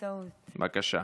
בבקשה,